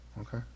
Okay